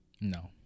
No